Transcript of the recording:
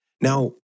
Now